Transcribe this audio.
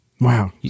Wow